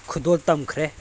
ꯈꯨꯗꯣꯜ ꯇꯝꯈ꯭ꯔꯦ